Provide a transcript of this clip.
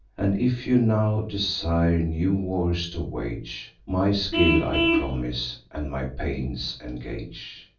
and, if you now desire new wars to wage, my skill i promise, and my pains engage.